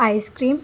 icecream